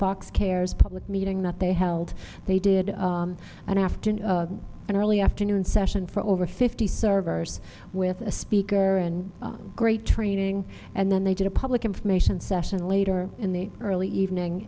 fox cares public meeting that they held they did an afternoon and early afternoon session for over fifty servers with a speaker and great training and then they did a public information session later in the early evening